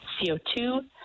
CO2